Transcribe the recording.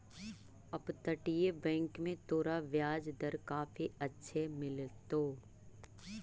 अपतटीय बैंक में तोरा ब्याज दर काफी अच्छे मिलतो